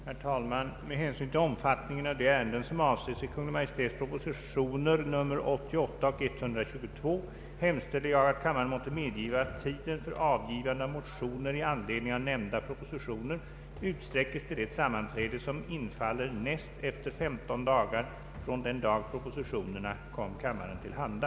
Herr talman! Med hänsyn till omfattningen av de ärenden, som avses i Kungl. Maj:ts propositioner nr 88 och 122, hemställer jag, att kammaren måtte medgiva, att tiden för avgivande av motioner i anledning av nämnda propositioner utsträckes till det sammanträde, som infaller näst efter femton dagar från den dag propositionerna kom kammaren till handa.